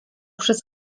przez